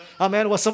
Amen